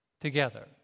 together